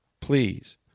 Please